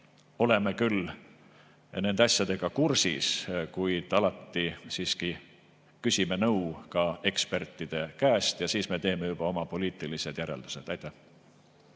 oleme küll nende asjadega kursis, kuid alati siiski küsime nõu ka ekspertide käest ja siis me teeme juba oma poliitilised järeldused. Mart